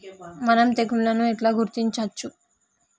మనం తెగుళ్లను ఎట్లా గుర్తించచ్చు?